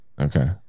Okay